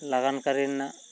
ᱞᱟᱜᱟᱱ ᱠᱟᱹᱨᱤ ᱨᱮᱱᱟᱜ